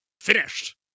Finished